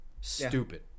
Stupid